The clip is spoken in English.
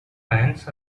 pants